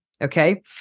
Okay